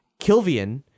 Kilvian